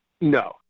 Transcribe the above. No